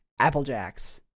Applejacks